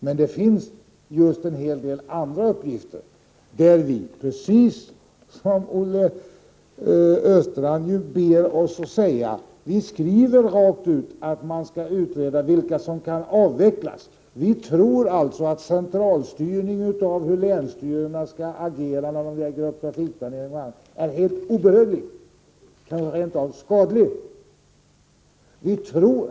Men det finns en hel del andra uppgifter, där vi precis som Olle Östrand ber oss göra — skriver rakt ut att man skall utreda vilka som kan avvecklas. Vi tror alltså att en centralstyrning av hur länsstyrelserna skall agera när de lägger upp trafikplaneringen är obehövlig, rent av skadlig.